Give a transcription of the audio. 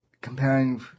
comparing